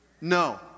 No